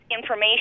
information